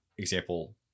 example